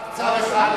רק צו אחד,